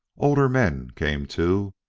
older men came, too,